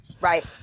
Right